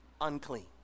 unclean